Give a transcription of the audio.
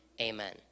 amen